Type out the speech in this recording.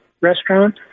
restaurant